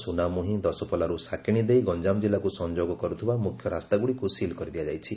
ସୁନାମୁହିଁ ଦଶପଲ୍ଲାର ସାକେଶି ଦେଇ ଗଞ୍ଠାମ ଜିଲାକୁ ସଂଯୋଗ କରୁଥିବା ମୁଖ୍ୟ ରାସ୍ତା ଗୁଡ଼ିକୁ ସିଲ କରିଦିଆଯାଇଛି